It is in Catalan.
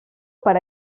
per